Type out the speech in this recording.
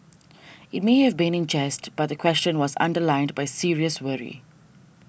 it may have been in jest but the question was underlined by serious worry